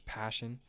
passion